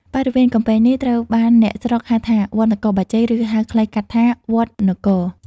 បរិវេណកំពែងនេះត្រូវបានអ្នកស្រុកហៅថា វត្តនគរបាជ័យ ឬហៅខ្លីកាត់ថា វត្តនគរៗ ។